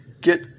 get